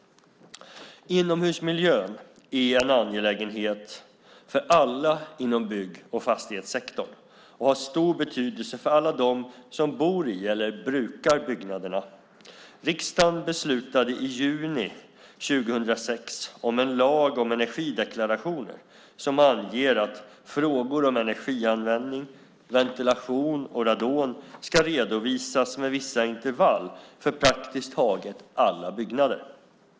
Inomhusmiljön är en angelägenhet för alla inom bygg och fastighetssektorn och har stor betydelse för alla dem som bor i eller brukar byggnaderna. Riksdagen beslutade i juni 2006 om en lag om energideklarationer, som anger att frågor om energianvändning, ventilation och radon ska redovisas med vissa intervall för praktiskt taget alla byggnader.